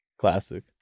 Classic